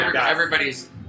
Everybody's